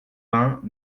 vingts